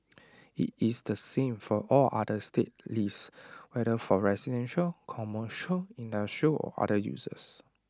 IT is the same for all other state leases whether for residential commercial industrial or other uses